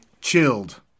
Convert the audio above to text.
Chilled